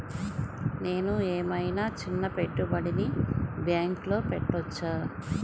నేను ఏమయినా చిన్న పెట్టుబడిని బ్యాంక్లో పెట్టచ్చా?